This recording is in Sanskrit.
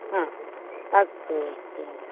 ह अस्तु अस्तु